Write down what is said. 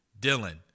Dylan